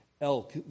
elk